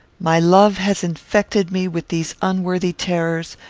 my love has infected me with these unworthy terrors,